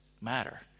matter